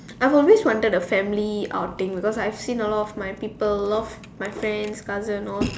I've always wanted a family outing because I've seen a lot of my people a lot of my friends cousin all